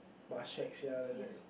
but shagged sia like that